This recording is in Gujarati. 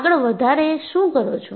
આગળ વધારે શું કરો છો